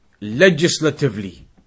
legislatively